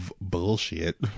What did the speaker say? bullshit